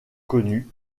connu